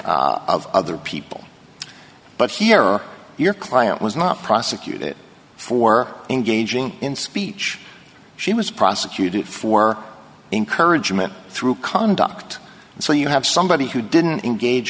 of other people but here are your client was not prosecuted for engaging in speech she was prosecuted for encouraging that through conduct so you have somebody who didn't engage